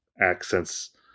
accents